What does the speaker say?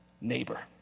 neighbor